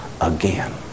again